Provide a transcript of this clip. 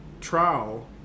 trial